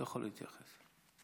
יכול להתייחס.